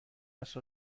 است